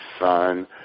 son